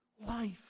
Life